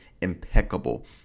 impeccable